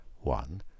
One